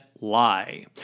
lie